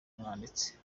umwanditsi